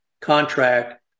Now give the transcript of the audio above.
contract